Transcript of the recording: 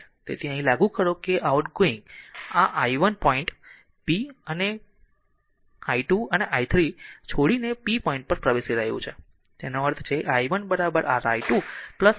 તેથી અહીં લાગુ કરો કે આઉટગોઇંગ આ i 1 પોઈન્ટ p અને i2 અને i 3 છોડીને પોઈન્ટ p પર પ્રવેશી રહ્યું છે તેનો અર્થ છે i 1 r i2 i 3